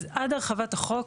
אז עד הרחבת החוק,